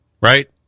Right